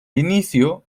inicio